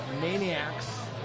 Maniacs